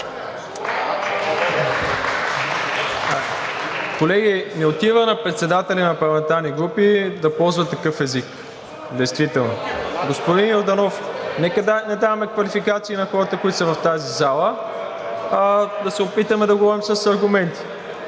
Колеги, не отива на председатели на парламентарни групи да ползват такъв език. Действително! Господин Йорданов, нека не даваме квалификации на хората, които са в тази зала, а да се опитаме да говорим с аргументи.